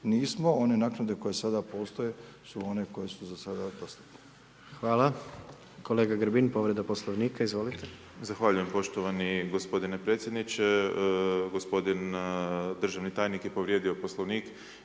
nismo, one naknade koje sada postoje su one koje su za sada dostatne. **Jandroković, Gordan (HDZ)** Hvala. Kolega Grbin, povreda Poslovnika, izvolite. **Grbin, Peđa (SDP)** Zahvaljujem poštovani gospodine predsjedniče, gospodin državni tajnik je povrijedio Poslovnik